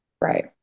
Right